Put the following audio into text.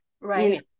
right